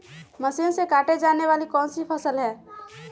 Machine से काटे जाने वाली कौन सी फसल है?